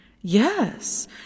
Yes